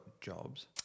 jobs